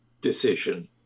decision